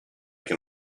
can